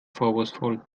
vorwurfsvoll